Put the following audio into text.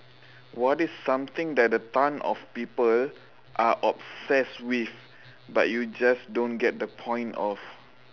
what is something that a ton of people are obsessed with but you just don't get the point of